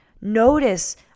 Notice